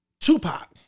Tupac